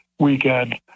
weekend